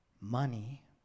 Money